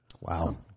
Wow